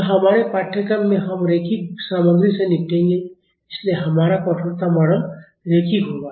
तो हमारे पाठ्यक्रम में हम रैखिक सामग्री से निपटेंगे इसलिए हमारा कठोरता मॉडल रैखिक होगा